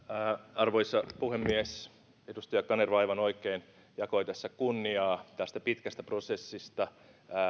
arvoisa puhemies edustaja kanerva aivan oikein jakoi tässä kunniaa tästä pitkästä prosessista